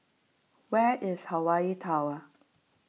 where is Hawaii Tower